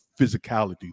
physicality